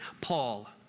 Paul